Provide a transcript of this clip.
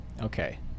okay